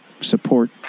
Support